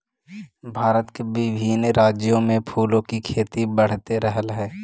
भारत के विभिन्न राज्यों में फूलों की खेती बढ़ते रहलइ हे